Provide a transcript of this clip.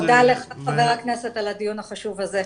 תודה לך חבר הכנסת על הדיון החשוב הזה.